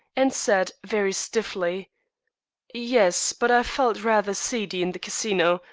and said, very stiffly yes but i felt rather seedy in the casino,